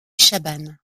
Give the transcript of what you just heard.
chabanne